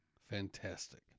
fantastic